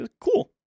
cool